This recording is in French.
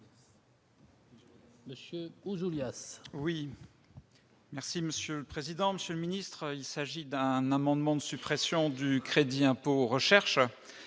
Monsieur aujourd'hui oui. Merci monsieur le président, Monsieur le ministre, il s'agit d'un amendement de suppression du crédit impôt recherche